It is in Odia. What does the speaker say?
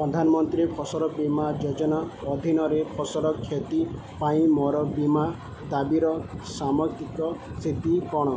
ପ୍ରଧାନମନ୍ତ୍ରୀ ଫସଲ ବୀମା ଯୋଜନା ଅଧୀନରେ ଫସଲ କ୍ଷତି ପାଇଁ ମୋର ବୀମା ଦାବିର ସାମର୍ତିିକ ସ୍ଥିତି କ'ଣ